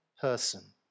person